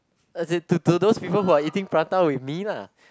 as in to to those people who are eating prata with me lah